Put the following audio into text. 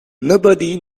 nobody